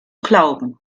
glauben